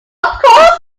course